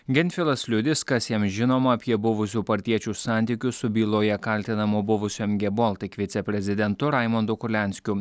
gentvilas liudys kas jam žinoma apie buvusių partiečių santykius su byloje kaltinamo buvusio mg baltic viceprezidentu raimundu kulianskiu